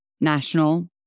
national